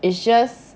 is just